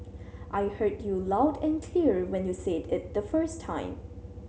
I heard you loud and clear when you said it the first time